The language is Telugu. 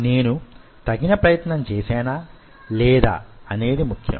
నేను తగిన ప్రయత్నం చేశానా లేదా అనేది ముఖ్యం